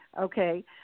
okay